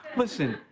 listen,